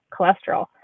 cholesterol